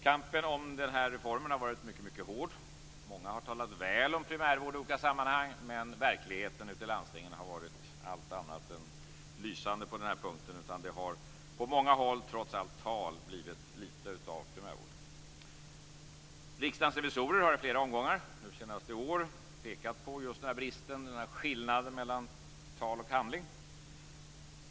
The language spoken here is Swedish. Kampen om den här reformen har varit mycket hård. Många har talat väl om primärvård i olika sammanhang, men verkligheten ute i landstingen har varit allt annat än lysande på den här punkten. Det har på många håll trots allt tal blivit lite av primärvård. Riksdagens revisorer har i flera omgångar, nu senast i år, pekat på just den här bristen, den här skillnaden mellan tal och handling.